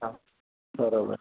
हा बराबरि